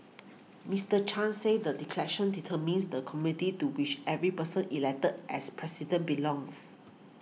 Mister Chan said the declaration determines the community to which every person elected as President belongs